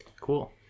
Cool